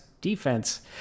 defense